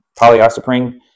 polyisoprene